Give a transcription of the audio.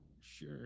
sure